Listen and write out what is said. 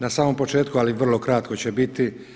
Na samom početku, ali vrlo kratko će biti.